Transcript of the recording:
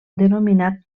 denominat